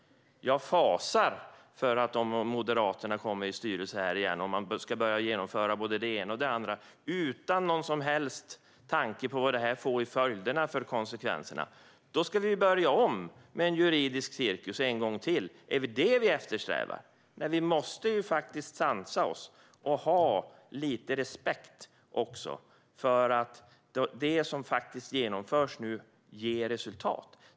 Jag fasar för att Moderaterna ska styra igen, om man ska börja genomföra både det ena och det andra utan någon som helst tanke på vad det får för följder och konsekvenser. Då ska vi börja om med en juridisk cirkus en gång till. Är det vad vi eftersträvar? Vi måste faktiskt sansa oss och ha lite respekt för att det som genomförs nu faktiskt ger resultat.